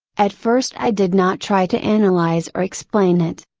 at first i did not try to analyze or explain it.